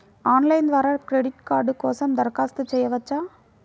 Online ద్వారా credit card కోసం దరఖాస్తు చేయవచ్చా?